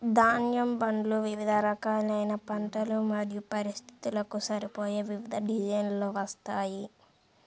ధాన్యం బండ్లు వివిధ రకాలైన పంటలు మరియు పరిస్థితులకు సరిపోయే వివిధ డిజైన్లలో వస్తాయి